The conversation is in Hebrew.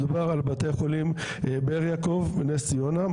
מדובר על בתי חולים באר יעקב ונס ציונה,